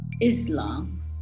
Islam